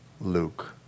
Luke